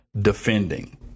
Defending